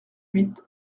huit